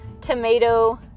tomato